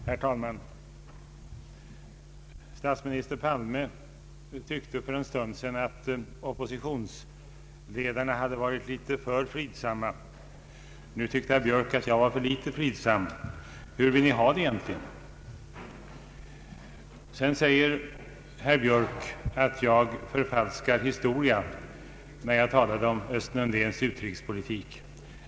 Herr talman! Statsminister Palme ansåg för en stund sedan att oppositionsledarna hade varit för fridsamma. Nu menade herr Björk att jag var för litet fridsam. Hur vill ni egentligen ha det? Herr Björk påstår vidare att jag förfalskar historia när jag talade om Östen Undéns utrikespolitik.